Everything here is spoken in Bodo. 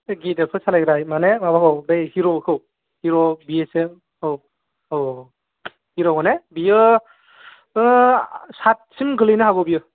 बे गिदिरफोर सालायग्रा माने माबा औ बै हिर'खौ हिर' बि एस ए औ औ हिर'खौ ने बियो ओ साटसिम गोलैनो हागौ बियो